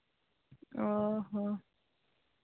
ᱚ ᱦᱚᱸ